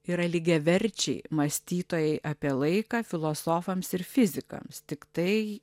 yra lygiaverčiai mąstytojai apie laiką filosofams ir fizikams tiktai